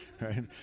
right